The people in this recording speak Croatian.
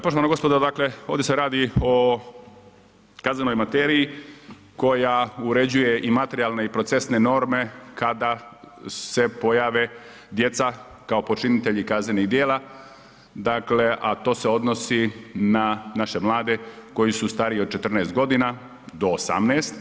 Poštovana gospodo dakle ovdje se radi o kaznenoj materiji koja uređuje i materijalne i pr ocesne norme kada se pojave djeca kao počinitelji kaznenih djela, dakle a to se odnosi na naše mlade koji su stariji od 14 godina do 18.